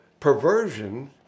perversion